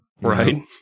Right